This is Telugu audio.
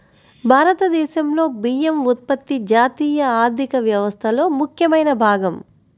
భారతదేశంలో బియ్యం ఉత్పత్తి జాతీయ ఆర్థిక వ్యవస్థలో ముఖ్యమైన భాగం